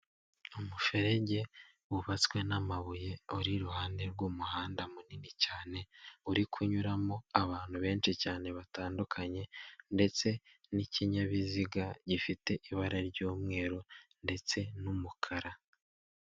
umuferege wubatswe n'amabuye uri iruhande rw'umuhanda munini cyane, uri kunyuramo abantu benshi cyane batandukanye, ndetse n'ikinyabiziga gifite ibara ry'umweru ndetse n'umukara.